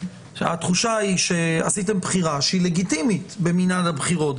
התחושה שעשיתם בחירה שהיא לגיטימית במנעד הבחירות,